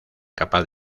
capaz